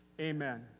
Amen